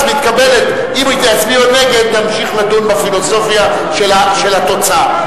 אם תצביעו נגד, נמשיך לדון בפילוסופיה של התוצאה.